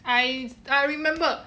I I remember